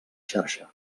xarxa